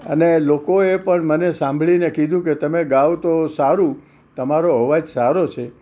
અને લોકોએ પણ મને સાંભળીને કહ્યું કે તમે ગાઓ તો સારું તમારો અવાજ સારો છે